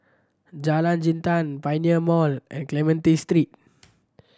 Jalan Jintan Pioneer Mall and Clementi Street